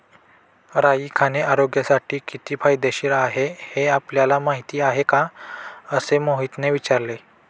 राई खाणे आरोग्यासाठी किती फायदेशीर आहे हे आपल्याला माहिती आहे का? असे मोहितने विचारले